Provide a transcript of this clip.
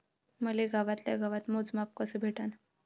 मले गावातल्या गावात मोजमाप कस भेटन?